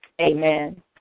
Amen